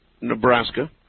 Nebraska